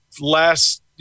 last